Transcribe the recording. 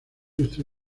ilustre